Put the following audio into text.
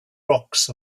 rocks